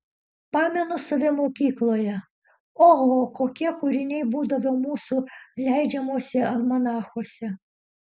pamenu save mokykloje oho kokie kūriniai būdavo mūsų leidžiamuose almanachuose